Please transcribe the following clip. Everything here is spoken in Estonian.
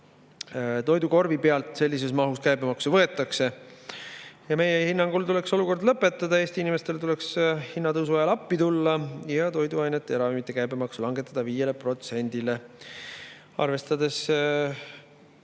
toidukorvi pealt sellises mahus käibemaksu võetakse. Meie hinnangul tuleks see olukord lõpetada. Eesti inimestele tuleks hinnatõusu ajal appi tulla ning toiduainete ja ravimite käibemaks langetada 5%‑le. Arvestades